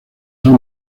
son